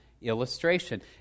illustration